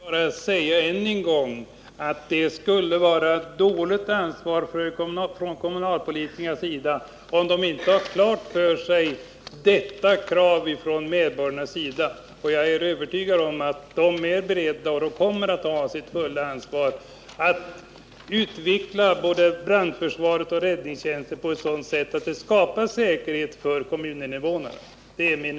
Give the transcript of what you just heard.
Herr talman! Jag vill bara säga än en gång att det skulle vara ett dåligt ansvarstagande av kommunalpolitikerna om de inte hade klart för sig att detta är ett krav från medborgarnas sida. Jag är övertygad om att de är beredda och kommer att ta sitt fulla ansvar för att utveckla både brandförsvaret och räddningstjänsten på ett sådant sätt att det skapas säkerhet för kommuninvånarna.